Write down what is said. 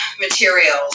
materials